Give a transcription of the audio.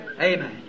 Amen